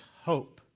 hope